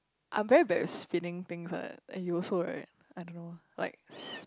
I'm very bad with spinning things [what] eh you also right I don't know like s~